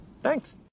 Thanks